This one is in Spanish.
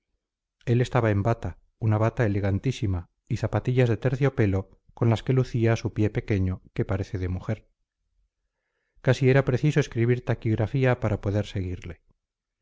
él estaba en bata una bata elegantísima y zapatillas de terciopelo con las que lucía su pie pequeño que parece de mujer casi era preciso escribir taquigrafía para poder seguirle